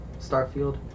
starfield